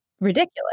ridiculous